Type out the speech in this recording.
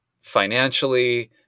financially